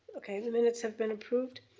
okay, the minutes have been approved.